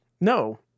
No